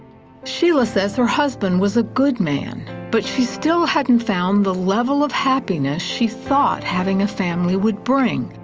sheila says her husband was a good man, but she still hasn't found the level of happiness she thought having a family would bring.